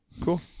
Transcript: cool